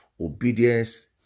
Obedience